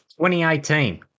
2018